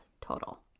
total